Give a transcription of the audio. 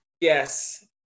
Yes